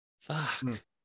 fuck